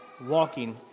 walking